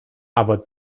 aber